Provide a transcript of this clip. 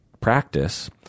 practice